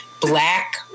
black